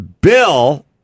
Bill